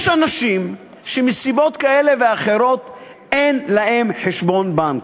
יש אנשים שמסיבות כאלה ואחרות אין להם חשבון בנק.